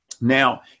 now